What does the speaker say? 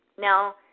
Now